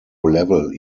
level